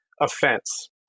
offense